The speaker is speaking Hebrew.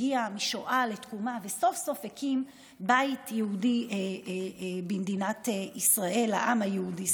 שהגיע משואה לתקומה וסוף-סוף הקים בית יהודי במדינת ישראל לעם היהודי,